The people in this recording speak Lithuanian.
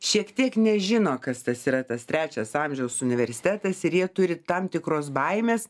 šiek tiek nežino kas tas yra tas trečias amžiaus universitetas ir jie turi tam tikros baimės